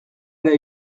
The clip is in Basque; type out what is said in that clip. ere